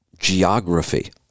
geography